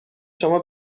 شما